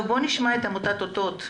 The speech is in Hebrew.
נשמע את עמותת אותות.